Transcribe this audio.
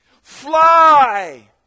Fly